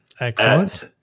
Excellent